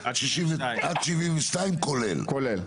כולל.